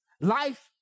Life